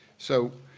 so,